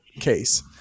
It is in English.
case